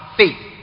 faith